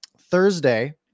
Thursday